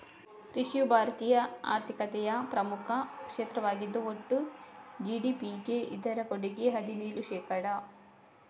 ಕೃಷಿಯು ಭಾರತೀಯ ಆರ್ಥಿಕತೆಯ ಪ್ರಮುಖ ಕ್ಷೇತ್ರವಾಗಿದ್ದು ಒಟ್ಟು ಜಿ.ಡಿ.ಪಿಗೆ ಇದರ ಕೊಡುಗೆ ಹದಿನೇಳು ಶೇಕಡಾ